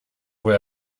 wohl